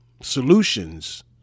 solutions